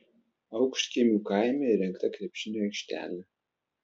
aukštkiemių kaime įrengta krepšinio aikštelė